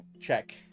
Check